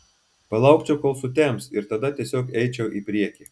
palaukčiau kol sutems ir tada tiesiog eičiau į priekį